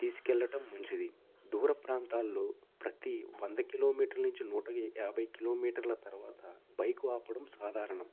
తీసుకెళ్ళటం మంచిది దూర ప్రాంతాల్లో ప్రతీ వంద కిలోమీటర్ నుంచి నూట యాభై కిలోమీటర్ల తర్వాత బైకు ఆపడం సాధారణం